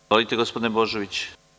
Izvolite gospodine Božoviću.